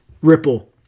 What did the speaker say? Ripple